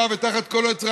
ואתם,